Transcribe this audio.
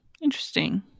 interesting